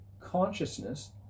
consciousness